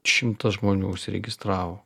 šimtas žmonių užsiregistravo